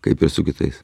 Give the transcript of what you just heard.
kaip ir su kitais